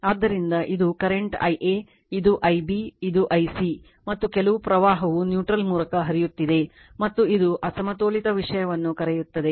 ಆದ್ದರಿಂದ ಇದು current Ia ಇದು Ib ಇದು Ic ಮತ್ತು ಕೆಲವು ಪ್ರವಾಹವು ನ್ಯೂಟ್ರಲ್ ಮೂಲಕ ಹರಿಯುತ್ತಿದೆ ಮತ್ತು ಇದು ಅಸಮತೋಲಿತ ವಿಷಯವನ್ನು ಕರೆಯುತ್ತದೆ